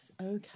okay